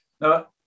Now